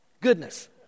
goodness